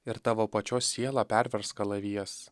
ir tavo pačios sielą pervers kalavijas